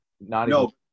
No